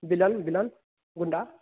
villain villain गुंडा